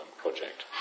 project